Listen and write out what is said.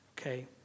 okay